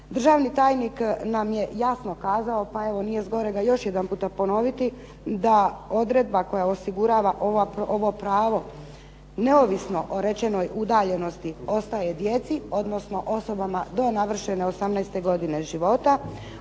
Državni tajnik nam je jasno kazao, pa evo nije zgorega još jedanputa ponoviti da odredba koja osigurava ovo pravo neovisno o rečenoj udaljenosti ostaje djeci, odnosno osobama do navršene 18 godine života,